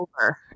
over